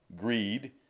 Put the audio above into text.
greed